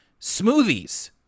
smoothies